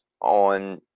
on